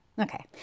okay